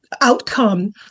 outcome